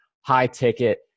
high-ticket